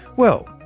well,